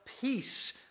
peace